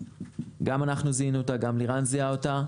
גם אנחנו זיהינו אותה וגם לירן זיהה אותה.